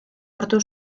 hartu